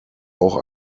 auch